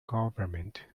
government